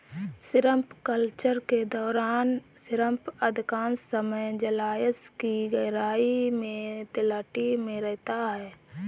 shrimp culture के दौरान shrimp अधिकांश समय जलायश की गहराई में तलहटी में रहता है